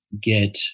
get